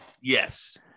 Yes